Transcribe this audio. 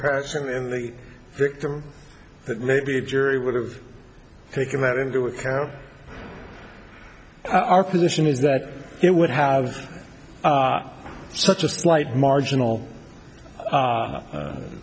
passion in the victim that maybe a jury would have taken that into account our position is that it would have such a slight marginal